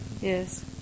Yes